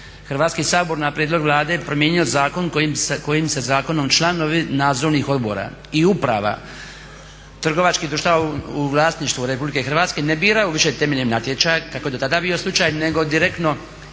Hrvatski sabor na prijedlog Vlade promijenio zakon kojim se zakonom članovi nadzornih odbora i uprava trgovačkih društava u vlasništvu RH ne biraju više temeljem natječaja kako je dotada bio slučaj nego direktno odlukom